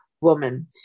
woman